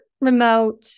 remote